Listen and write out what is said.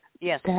Yes